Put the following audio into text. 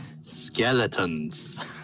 Skeletons